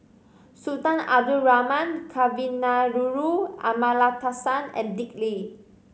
Sultan Abdul Rahman Kavignareru Amallathasan and Dick Lee